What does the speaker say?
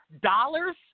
dollars